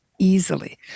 easily